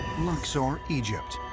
luxor, egypt.